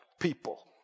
people